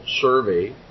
survey